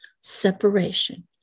separation